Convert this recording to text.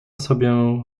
sobie